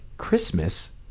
christmas